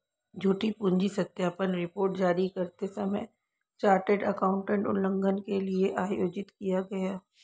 झूठी पूंजी सत्यापन रिपोर्ट जारी करते समय चार्टर्ड एकाउंटेंट उल्लंघन के लिए आयोजित किया गया